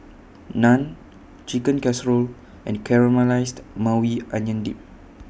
Naan Chicken Casserole and Caramelized Maui Onion Dip